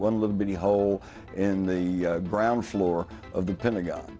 one little mini hole in the ground floor of the pentagon